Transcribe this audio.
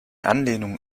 anlehnung